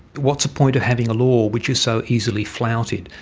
what's the point of having a law which is so easily flouted?